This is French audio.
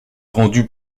rendue